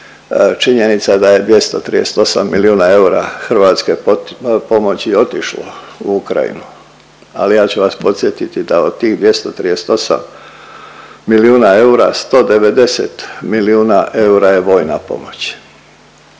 činjenica da je 238 milijuna eura hrvatske pomoći otišlo u Ukrajinu, ali ja ću vas podsjetiti da od tih 238 milijuna eura, 190 milijuna eura je vojna pomoć